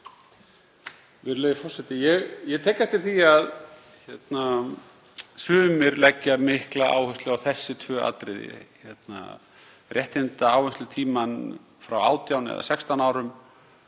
Ég tek eftir því að sumir leggja mikla áherslu á þessi tvö atriði, réttindaáherslutímann, frá 18 eða 16 árum,